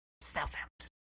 Southampton